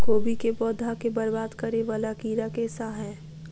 कोबी केँ पौधा केँ बरबाद करे वला कीड़ा केँ सा है?